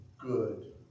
good